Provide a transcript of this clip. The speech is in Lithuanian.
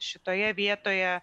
šitoje vietoje